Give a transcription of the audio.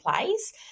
place